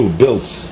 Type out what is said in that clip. builds